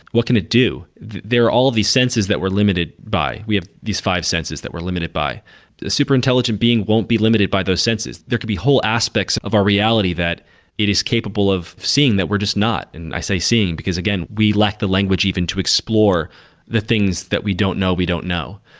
what can it do? there are all these senses that we're limited by. we have these five senses that we're limited by the super intelligent being won't be limited by those senses. there could be whole aspects of our reality that it is capable of seeing that we're just not, and i say seeing because again, we lack the language even to explore the things that we don't know, we don't know.